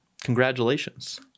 Congratulations